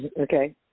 okay